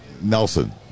Nelson